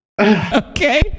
Okay